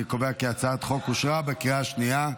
אני קובע כי הצעת החוק אושרה בקריאה שנייה.